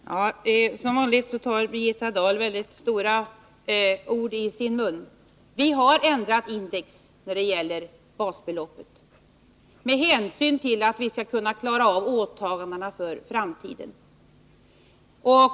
Fru talman! Som vanligt tar Birgitta Dahl väldigt stora ord i sin mun. Vi har ändrat index när det gäller basbeloppet med hänsyn till att vi skall kunna klara av åtagandena för framtiden.